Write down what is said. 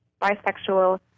bisexual